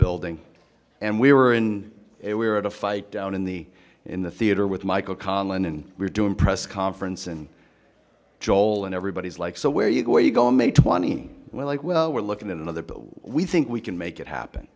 building and we were in it we were at a fight down in the in the theater with michael conlon and we're doing press conference and jol and everybody's like so where you go where you go i'm a twenty we're like well we're looking at another but we think we can make it happen